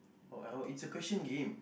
oh I know it's a question game